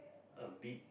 a big